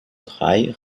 drei